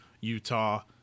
Utah